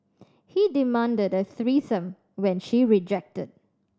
he demanded a threesome when she rejected